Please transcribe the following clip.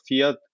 fiat